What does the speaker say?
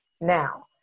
now